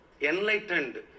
enlightened